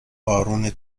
بارون